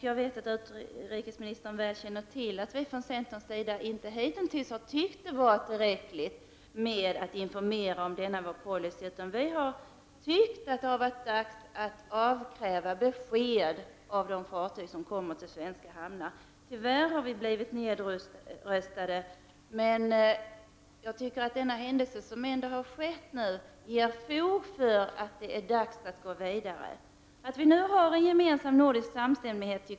Jag vet att utrikesministern väl känner till att vi från centern hittills inte har tyckt att det har varit tillräckligt att informera om denna vår policy. Vi har tyckt att det är dags att avkräva besked av de fartyg som kommer till svenska hamnar. Tyvärr har vi blivit nedröstade. Den händelse som nu har inträffat ger fog för att hävda att det är dags att gå vidare. Det är viktigt att vi nu har en gemensam nordisk samstämmighet.